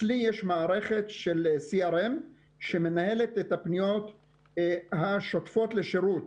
אצלי יש מערכת של CRM שמנהלת את הפניות השוטפות לשירות.